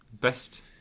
Best